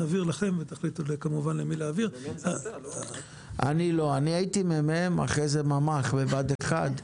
זו הערה אחת לתוך הדבר הזה.